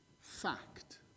Fact